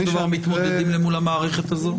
בסופו של דבר מתמודדים למול המערכת הזאת.